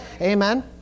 amen